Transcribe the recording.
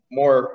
more